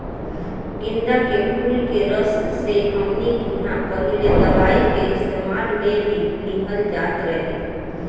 गेन्दा के फुल के रस से हमनी किहां पहिले दवाई के इस्तेमाल मे भी लिहल जात रहे